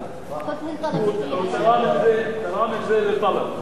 הוא תרם את זה לטלב.